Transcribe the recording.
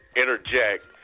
interject